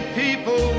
people